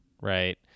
Right